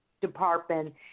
department